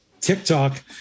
TikTok